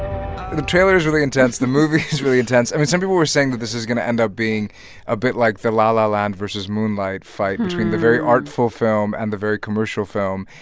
the trailer's really intense. the movie's really intense. i mean, some people were saying that this is going to end up being a bit like the la la land versus moonlight fight between the very artful film and the very commercial film.